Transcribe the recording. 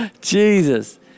Jesus